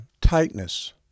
tightness